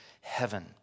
heaven